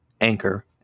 anchor